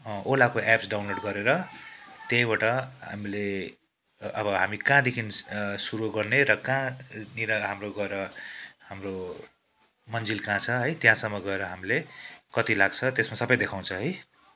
अँ ओलाको apps download गरेर त्यहीबाट हामीले अब हामी कहाँदेखि सुरु गर्ने र कहाँनिर हाम्रो गएर हाम्रो मन्जिल कहाँ छ है त्यहाँसम्म गएर हामीले कति लाग्छ त्यसमा सबै देखाउँछ है